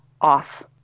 off